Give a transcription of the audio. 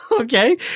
Okay